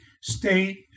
state